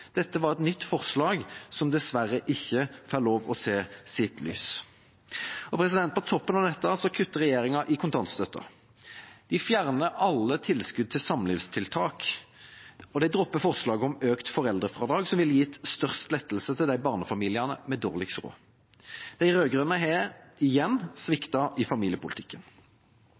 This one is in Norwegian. Dette var et nytt forslag som dessverre ikke får se dagens lys. På toppen av dette kutter regjeringa i kontantstøtta. De fjerner alle tilskudd til samlivstiltak, og de dropper forslaget om økt foreldrefradrag, som ville gitt størst lettelse til de barnefamiliene med dårligst råd. De rød-grønne har, igjen, sviktet i familiepolitikken.